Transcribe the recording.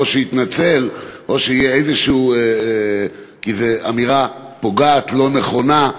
או שיתנצל או שיהיה, כי זו אמירה פוגעת, לא נכונה,